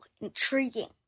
Intriguing